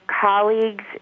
colleagues